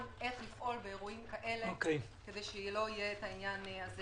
איך לפעול באירועים כאלה כדי שלא יהיה דבר כזה.